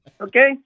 Okay